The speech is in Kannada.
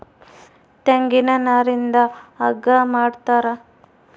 ತೆಂಗಿನ ನಾರಿಂದ ಹಗ್ಗ ಮಾಡ್ತಾರ